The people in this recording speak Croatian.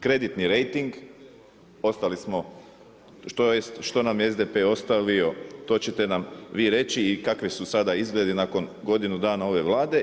Kreditni rejting, ostali smo, što nam je SDP ostavio to ćete nam vi reći i kakvi su sada izgledi nakon godinu dana ove Vlade.